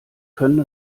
können